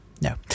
no